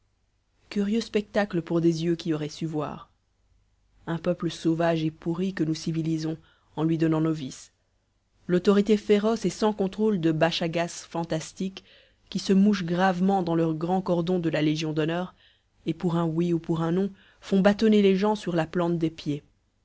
curieux spectacle pour des yeux qui auraient su voir un peuple sauvage et pourri que nous civilisons en lui donnant nos vices l'autorité féroce et sans contrôle de bachagas fantastiques qui se mouchent gravement dans leurs grands cordons de la légion d'honneur et pour un oui ou pour un non font bâtonner les gens sur la plante des pieds